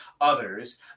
others